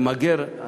למגר,